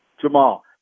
Jamal